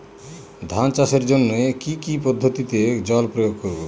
ধান চাষের জন্যে কি কী পদ্ধতিতে জল প্রয়োগ করব?